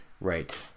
Right